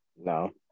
No